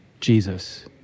Jesus